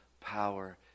power